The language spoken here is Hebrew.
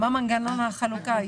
מה מנגנון החלוקה?